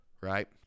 right